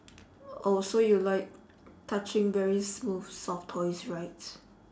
oh so you like touching very smooth soft toys right